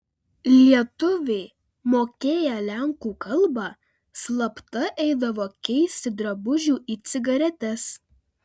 lietuviai mokėję lenkų kalbą slapta eidavo keisti drabužių į cigaretes